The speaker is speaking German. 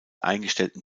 eingestellten